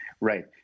Right